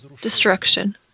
destruction